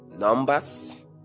Numbers